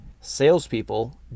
Salespeople